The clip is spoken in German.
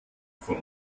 von